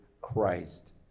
Christ